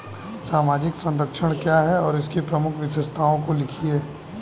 सामाजिक संरक्षण क्या है और इसकी प्रमुख विशेषताओं को लिखिए?